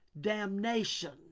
damnation